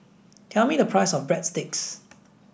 tell me the price of Breadsticks